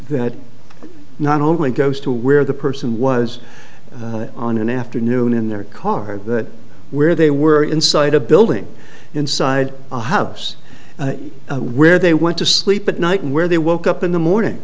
not only goes to where the person was on an afternoon in their car that where they were inside a building inside a house where they went to sleep at night and where they woke up in the morning